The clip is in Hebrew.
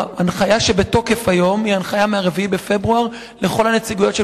ההנחיה שבתוקף היום היא הנחיה מ-4 בפברואר לכל הנציגויות של